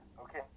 Okay